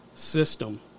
system